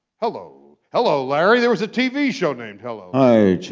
hello. hello, larry. there was a tv show named hello.